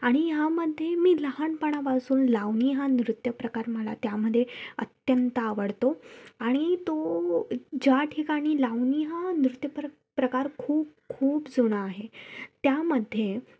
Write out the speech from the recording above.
आणि ह्यामध्ये मी लहाणपणापासून लावणी हा नृत्यप्रकार मला त्यामध्ये अत्यंत आवडतो आणि तो ज्या ठिकाणी लावणी हा नृत्यप्रक प्रकार खूप खूप जुना आहे त्यामध्ये